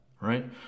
Right